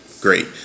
Great